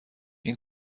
این